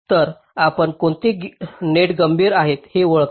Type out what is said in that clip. तर आपण कोणते नेट गंभीर आहेत ते ओळखता